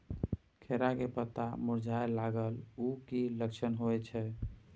खीरा के पत्ता मुरझाय लागल उ कि लक्षण होय छै?